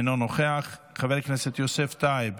אינו נוכח, חבר הכנסת יוסף טייב,